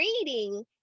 reading